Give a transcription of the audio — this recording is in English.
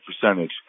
percentage